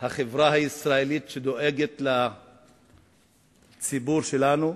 החברה הישראלית שדואגת לציבור שלנו,